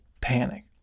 panic